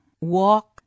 Walk